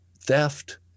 theft